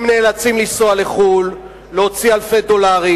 הם נאלצים לנסוע לחו"ל, להוציא אלפי דולרים.